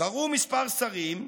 מספר שרים,